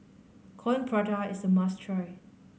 Coin Prata is a must try